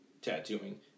tattooing